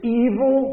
evil